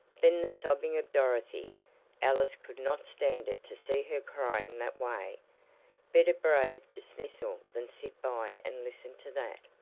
then the sobbing of dorothy alice could not stand it to see her crying that way better brave dismissal than sit by and listen to that.